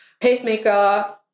pacemaker